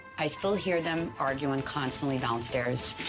i still hear them arguing constantly downstairs.